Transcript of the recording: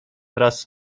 wraz